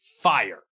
fire